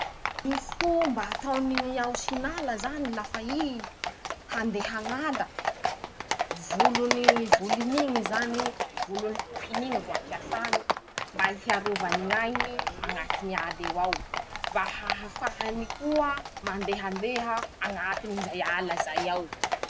Ñy fomba ataony ñy aosin'ala zany lafa i handeha an-ñ'ala: -Volony volin'iñy zany volony hohin'iñy ro ampesany mba hiarovany ñ'ainy añatiny ala eo ao. mba hahafahany koa mandehandeha añatiny zay ala zay ao.